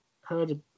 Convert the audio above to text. heard